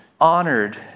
honored